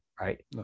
right